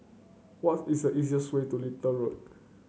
what is the easiest way to Little Road